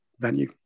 venue